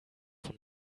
von